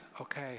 okay